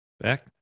back